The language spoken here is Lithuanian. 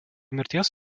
mirties